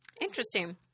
Interesting